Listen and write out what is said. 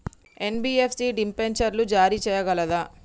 NBFC డిబెంచర్లు జారీ చేయగలదా?